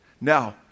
Now